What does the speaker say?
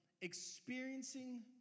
experiencing